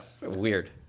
Weird